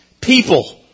People